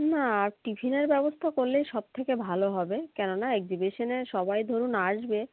না আর টিফিনের ব্যবস্থা করলেই সব থেকে ভালো হবে কেননা একজিবিশনে সবাই ধরুন আসবে